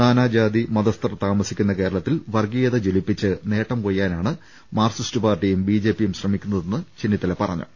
നാനാജാതി മതസ്ഥർ താമസിക്കുന്ന കേരളത്തിൽ വർഗ്ഗീയതയെ ജ്വലിപ്പിച്ച് നേട്ടം കൊയ്യാനാണ് മാർക്സിസ്റ്റ് പാർട്ടിയും ബി ജെ പിയും ശ്രമിക്കുന്നതെന്നും ചെന്നിത്തല പറഞ്ഞു